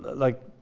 like